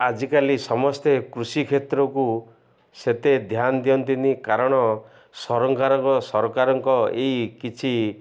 ଆଜିକାଲି ସମସ୍ତେ କୃଷି କ୍ଷେତ୍ରକୁ ସେତେ ଧ୍ୟାନ ଦିଅନ୍ତିନି କାରଣ ସରକାରଙ୍କ ସରକାରଙ୍କ ଏଇ କିଛି